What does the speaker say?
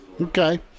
okay